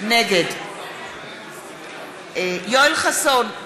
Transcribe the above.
נגד יואל חסון,